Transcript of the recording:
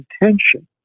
intention